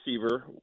receiver